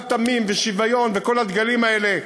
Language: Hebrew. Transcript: אחוות עמים ושוויון וכל הדגלים האלה,